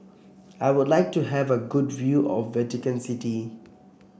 I would like to have a good view of Vatican City